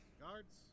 Guards